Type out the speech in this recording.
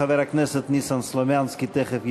חבר הכנסת ניסן סלומינסקי תכף ישב,